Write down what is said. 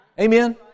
Amen